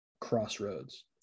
crossroads